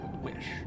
wish